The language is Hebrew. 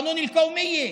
חוק הלאום.